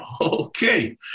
okay